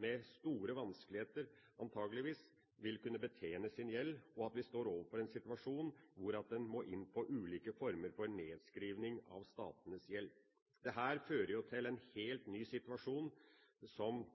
med store vanskeligheter, antakeligvis, vil kunne betjene sin gjeld, og at vi vil stå overfor en situasjon hvor en må inn på ulike former for nedskrivning av statenes gjeld. Dette vil være en helt ny situasjon, som lett vil